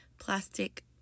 plastic